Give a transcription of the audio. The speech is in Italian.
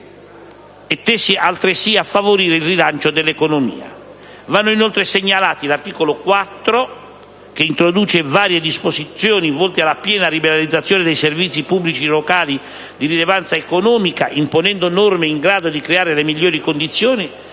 impresa, e a favorire il rilancio dell'economia. Vanno inoltre segnalati: l'articolo 4, che introduce varie disposizioni volte alla piena liberalizzazione dei servizi pubblici locali di rilevanza economica imponendo norme in grado di creare le migliori condizioni